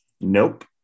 Nope